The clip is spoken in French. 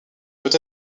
peut